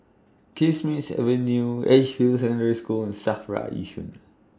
Kismis Avenue Edgefield Secondary School SAFRA Yishun